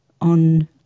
on